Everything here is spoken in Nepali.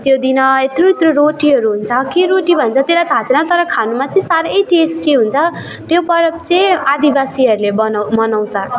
त्यो दिन इत्रु इत्रु रोटीहरू हुन्छ के रोटी भन्छ त्यसलाई थाहा छैन तर खानुमा चाहिँ साह्रै टेस्टी हुन्छ त्यो परबचाहिँ आदिबासीहरूले बनाउँ मनाउँछ